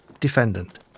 defendant